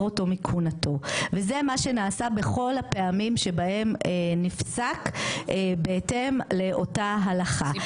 אותו מכהונתו וזה מה שנעשה בכל הפעמים שבהם נפסק בהתאם לאותה הלכה.